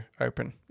open